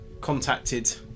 contacted